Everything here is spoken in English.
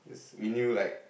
we knew like